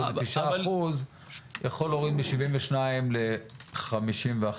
29% יכול להוריד מ-72 ל-51.